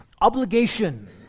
Obligation